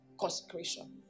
consecration